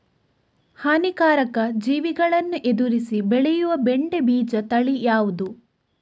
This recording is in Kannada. ಹಾನಿಕಾರಕ ಜೀವಿಗಳನ್ನು ಎದುರಿಸಿ ಬೆಳೆಯುವ ಬೆಂಡೆ ಬೀಜ ತಳಿ ಯಾವ್ದು?